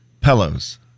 Pillows